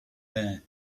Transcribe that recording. there